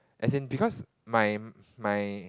as in because my my